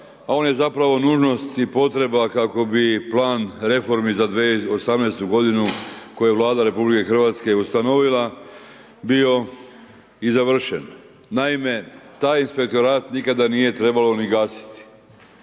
a ona je zapravo nužnost i potreba kako bi plan reformi za 2018. godinu koju je Vlada Republike Hrvatske ustanovila bio i završen. Naime, taj inspektorat nikada nije trebalo ni gasiti.